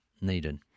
needed